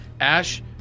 Ash